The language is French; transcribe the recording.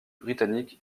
britannique